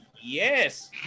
Yes